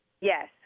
Yes